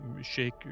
shake